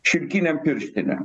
šilkinėm pirštinėm